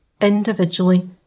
individually